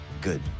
Good